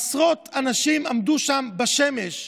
עשרות אנשים עמדו שם בשמש בחוץ,